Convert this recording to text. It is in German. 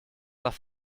nach